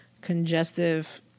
congestive